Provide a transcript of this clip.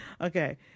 Okay